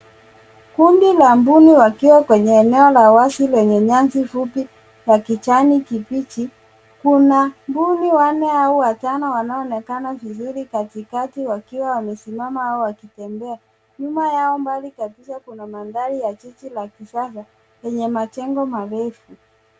Kundi la mbuni wakiwa kwenye eneo la wazi lenye nyasi fupi ya kijani kibichi. Kuna mbuni wanne au watano wanaonekana vizuri katikati wakiwa wakiwa wamesimama au wakitembea. Nyuma yao mbali kabisa kuna mandhari ya jiji la kisasa lenye majengo marefu.